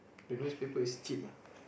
the newspaper is cheap ah